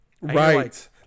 Right